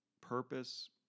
purpose